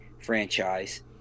franchise